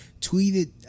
tweeted